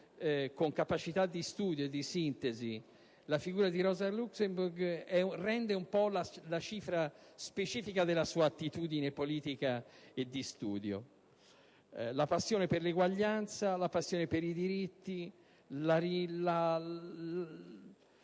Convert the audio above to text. con capacità di studio e di sintesi, la figura di Rosa Luxemburg rende un po' la cifra specifica della sua attitudine politica e di studio: la passione per l'eguaglianza, la passione per i diritti, il